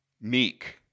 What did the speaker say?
Meek